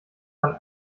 man